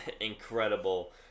incredible